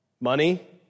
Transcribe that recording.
money